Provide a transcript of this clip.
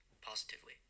positively